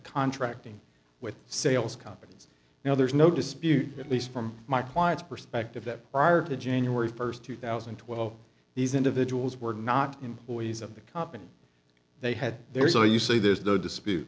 contracting with sales companies now there's no dispute at least from my client's perspective that prior to january first two thousand and twelve these individuals were not employees of the company they had their say you say there's no dispute